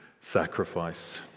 sacrifice